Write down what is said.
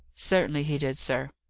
certainly he did, sir.